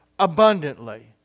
Abundantly